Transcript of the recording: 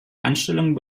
anstellung